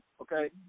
okay